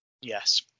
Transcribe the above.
yes